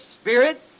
spirit